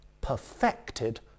perfected